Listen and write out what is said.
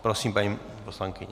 Prosím, paní poslankyně.